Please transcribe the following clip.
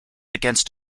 against